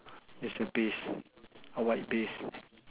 it's the piece a white piece